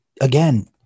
again